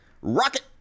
Rocket